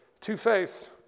Two-faced